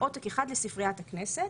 עותק אחד לספריית הכנסת".